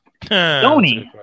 Sony